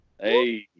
Hey